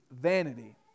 vanity